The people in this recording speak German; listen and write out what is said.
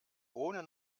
ohne